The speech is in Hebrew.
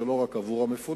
זה לא רק עבור המפונים,